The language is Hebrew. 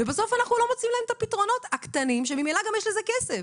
ובסוף אנחנו לא מוצאים להם פתרונות הקטנים שממילא גם יש לזה כסף.